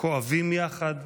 כואבים יחד,